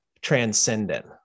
transcendent